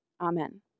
Amen